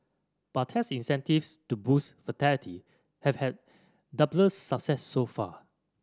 but tax incentives to boost fertility have had dubious success so far